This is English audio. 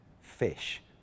fish